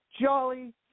jolly